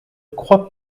crois